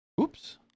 Oops